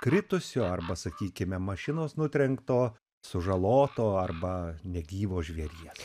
kritusio arba sakykime mašinos nutrenkto sužaloto arba negyvo žvėries